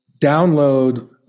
download